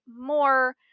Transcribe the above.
more